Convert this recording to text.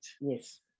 Yes